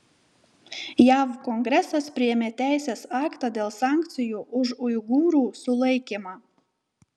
jav kongresas priėmė teisės aktą dėl sankcijų už uigūrų sulaikymą